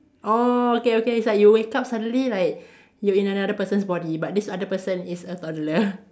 oh okay okay it's like you wake up suddenly like you in another person's body but this other person is a toddler